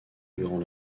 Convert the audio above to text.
durant